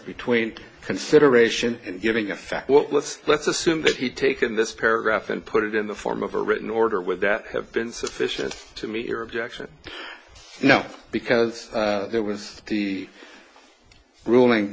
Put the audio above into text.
between consideration and giving a fact what let's let's assume that he had taken this paragraph and put it in the form of a written order with that have been sufficient to meet your objection no because that was the ruling